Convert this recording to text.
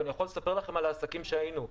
אבל אני יכול לספר לכם על עסקים בהם היינו,